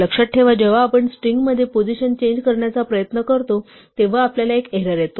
लक्षात ठेवा जेव्हा आपण स्ट्रिंगमध्ये पोझिशन चेंज करण्याचा प्रयत्न करतो तेव्हा आपल्याला एक एरर येते